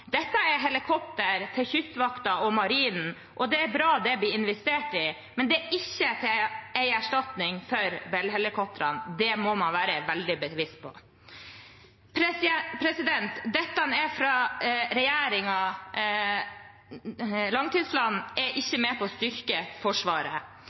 Dette er helikoptre til Kystvakten og Marinen, og det er bra det blir investert i, men det er ikke en erstatning for Bell-helikoptrene, det må man være veldig bevisst på. Langtidsplanen er ikke med på å styrke Forsvaret. Senterpartiet er